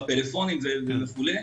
בפלאפונים וכולי.